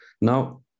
now